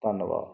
ਧੰਨਵਾਦ